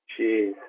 Jeez